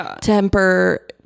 temper